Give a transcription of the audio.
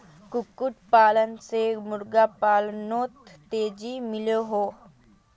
कुक्कुट पालन से मुर्गा पालानोत तेज़ी मिलोहो